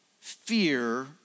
fear